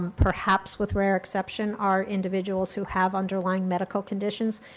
perhaps with rare exception, are individuals who have underlying medical conditions.